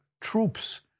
troops